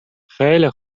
خیلی